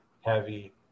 heavy